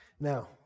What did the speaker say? Now